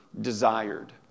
desired